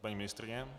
Paní ministryně.